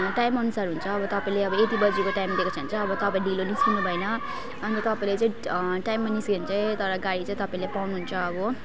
time अनुसार हुन्छ अब तपाईँले अब यति बजिको टाइम दिएको छ भन चाहिँ अब तपाईँ ढिलो निस्किनु भएन अन्त तपाईँले चाहिँ टाइममा निस्कियो भने चाहिँ तर गाडी चाहिँ तपाईँले पाउनु हुन्छ अब